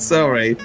Sorry